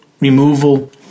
removal